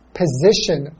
position